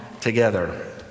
together